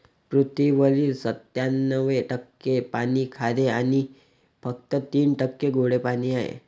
पृथ्वीवरील सत्त्याण्णव टक्के पाणी खारे आणि फक्त तीन टक्के गोडे पाणी आहे